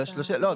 לא,